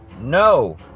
no